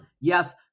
Yes